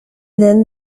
then